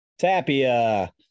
Tapia